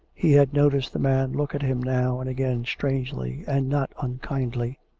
he had noticed the man look at him now and again strangely and not unkindly.